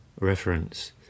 reference